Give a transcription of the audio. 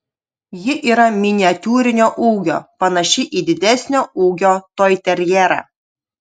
ji yra miniatiūrinio ūgio panaši į didesnio ūgio toiterjerą